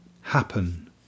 happen